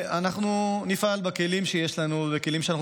אנחנו נפעל בכלים שיש לנו ובכלים שאנחנו